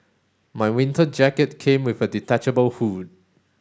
my winter jacket came with a detachable hood